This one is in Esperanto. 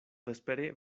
vespere